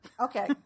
Okay